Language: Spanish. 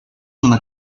una